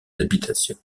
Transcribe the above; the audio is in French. habitations